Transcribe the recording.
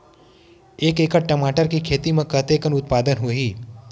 एक एकड़ टमाटर के खेती म कतेकन उत्पादन होही?